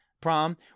prom